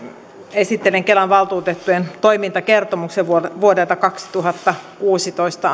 esittelen kelan valtuutettujen toimintakertomuksen vuodelta vuodelta kaksituhattakuusitoista